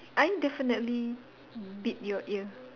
I definitely bit your ear